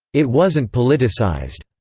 it wasn't politicized.